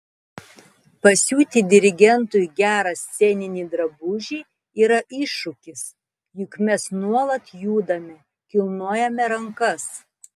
pasiūti dirigentui gerą sceninį drabužį yra iššūkis juk mes nuolat judame kilnojame rankas